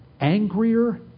angrier